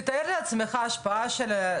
תתאר לך השפעה של,